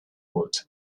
would